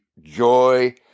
joy